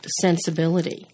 sensibility